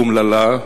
אומללה,